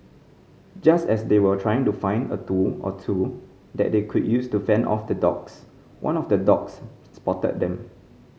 just as they were trying to find a tool or two that they could use to fend off the dogs one of the dogs spotted them